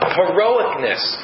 heroicness